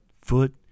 foot